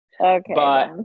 Okay